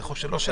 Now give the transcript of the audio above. זה לא חוק שלנו.